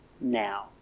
now